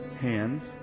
hands